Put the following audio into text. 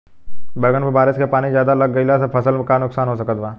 बैंगन पर बारिश के पानी ज्यादा लग गईला से फसल में का नुकसान हो सकत बा?